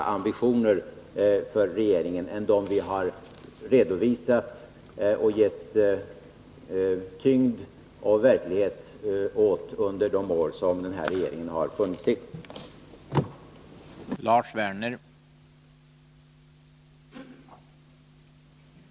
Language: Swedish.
Regeringen har inga andra ambitioner än dem vi har redovisat och gett tyngd och verklighet åt under de år som den här regeringen har funnits till.